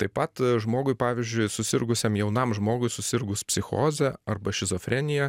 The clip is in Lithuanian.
taip pat žmogui pavyzdžiui susirgusiam jaunam žmogui susirgus psichoze arba šizofrenija